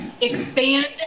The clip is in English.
expand